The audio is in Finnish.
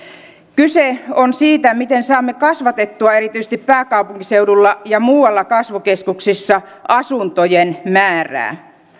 kyse on siitä miten saamme kasvatettua erityisesti pääkaupunkiseudulla ja muualla kasvukeskuksissa asuntojen määrää